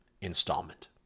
installment